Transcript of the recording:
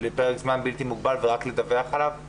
לפרק זמן בלתי מוגבל ורק לדווח עליו?